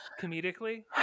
comedically